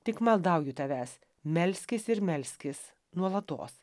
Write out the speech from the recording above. tik maldauju tavęs melskis ir melskis nuolatos